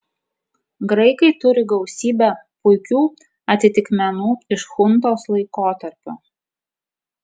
graikai turi gausybę puikių atitikmenų iš chuntos laikotarpio